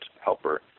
helper